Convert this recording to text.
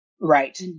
right